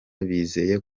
bizeye